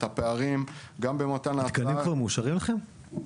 את הפערים --- התקנים כבר מאושרים לכם?